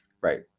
Right